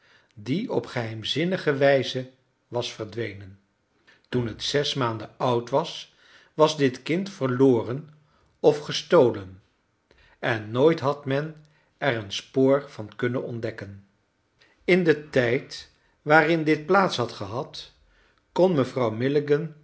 die op geheimzinnige wijze was verdwenen toen het zes maanden oud was was dit kind verloren of gestolen en nooit had men er een spoor van kunnen ontdekken in den tijd waarin dit plaats had gehad kon mevrouw milligan